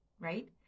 right